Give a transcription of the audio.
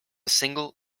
single